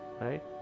right